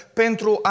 pentru